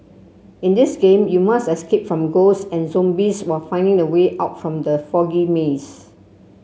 in this game you must escape from ghost and zombies while finding the way out from the foggy maze